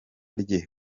rye